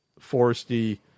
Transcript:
foresty